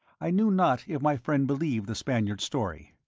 i knew not if my friend believed the spaniard's story.